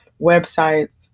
websites